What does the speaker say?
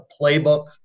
playbook